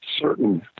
certain